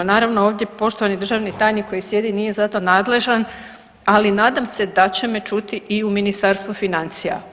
Naravno ovdje poštovani državni tajnik koji sjedi nije za to nadležan, ali nadam se da će me čuti i u Ministarstvu financija.